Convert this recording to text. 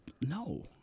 no